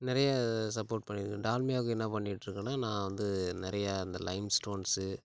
நிறையா சப்போர்ட் பண்ணிருக்கேன் டால்மியாவுக்கு என்ன பண்ணிட்டுருக்கேன்னா நான் வந்து நிறைய அந்த லைம் ஸ்டோன்ஸு